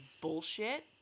bullshit